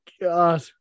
God